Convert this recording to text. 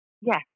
Yes